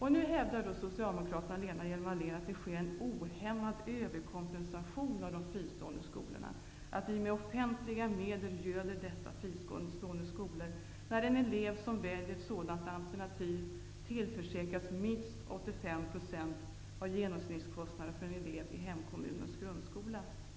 Nu hävdar Socialdemokraterna och Lena Hjelm Wallén att det sker en ohämmad överkompensation av de fristående skolorna, att vi med offentliga medel göder dessa fristående skolor när en elev som väljer ett sådant alternativ tillförsäkras minst 85 % av genomsnittskostnaden för en elev i hemkommunens grundskola.